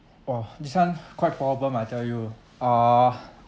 oh this one quite problem I tell you uh